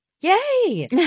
Yay